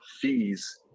fees